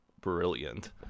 brilliant